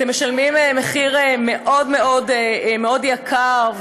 אתם משלמים מחיר מאוד מאוד מאוד יקר,